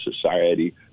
society